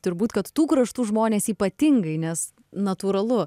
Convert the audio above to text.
turbūt kad tų kraštų žmonės ypatingai nes natūralu